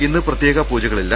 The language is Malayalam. ഇന്ന് പ്രത്യേക പൂജകളില്ല